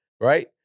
Right